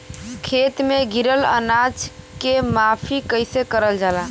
खेत में गिरल अनाज के माफ़ी कईसे करल जाला?